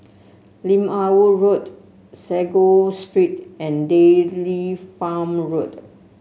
Lim Ah Woo Road Sago Street and Dairy Farm Road